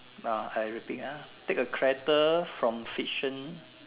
uh I repeat ah take a character from fiction